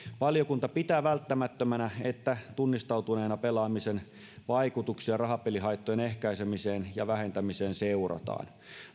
valiokunta pitää välttämättömänä että tunnistautuneena pelaamisen vaikutuksia rahapelihaittojen ehkäisemiseen ja vähentämiseen seurataan